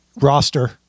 roster